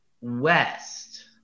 west